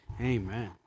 Amen